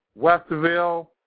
Westerville